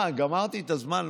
מה, גמרתי את הזמן?